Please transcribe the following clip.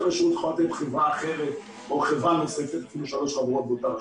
--- חברה אחרת או חברה נוספת משלוש חברות באותה רשות.